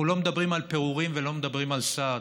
אנחנו לא מדברים על פירורים ולא מדברים על סעד.